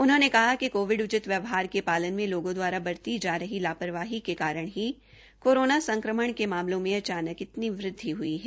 उन्होंने कहा कि कोविड उचित व्यवहार के पालन में लोगों दवारा बरती जा रही लापरवाही के कारण ही कोरोना संक्रमण के मामलों में अचानक इतनी वृद्धि हुई है